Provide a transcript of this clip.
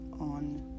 on